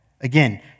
Again